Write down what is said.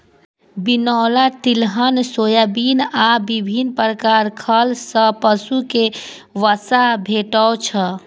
बिनौला, तिलहन, सोयाबिन आ विभिन्न प्रकार खल सं पशु कें वसा भेटै छै